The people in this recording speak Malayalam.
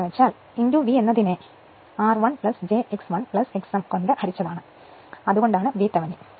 അതിനാൽ ഇതാണ് പ്രതിപ്രവർത്തനം x m I അതിനർത്ഥം v എന്നതിനെ r1 j x1 x m കൊണ്ട് ഹരിച്ചതാണ് അതുകൊണ്ടാണ് വി തെവനിൻ